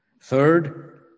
Third